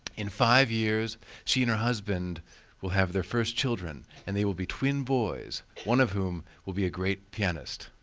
in five years she and her husband will have their first children and they will be twin boys, one of whom will be a great pianist.